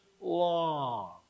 long